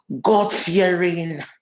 God-fearing